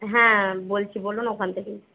হ্যাঁ বলছি বলুন ওখান থেকেই